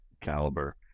caliber